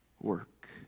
work